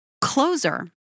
closer